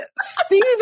Steve